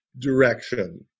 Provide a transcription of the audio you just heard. direction